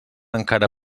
encara